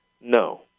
No